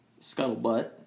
scuttlebutt